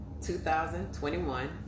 2021